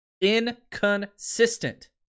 Inconsistent